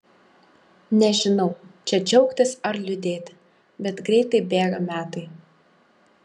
nežinau čia džiaugtis ar liūdėti bet greitai bėga metai